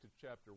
chapter